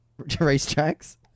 racetracks